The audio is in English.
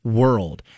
world